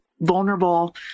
vulnerable